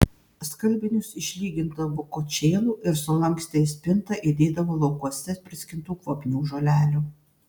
skalbinius išlygindavo kočėlu ir sulankstę į spintą įdėdavo laukuose priskintų kvapnių žolelių